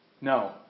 No